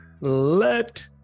Let